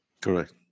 Correct